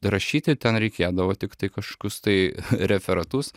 rašyti ten reikėdavo tiktai kažkokius tai referatus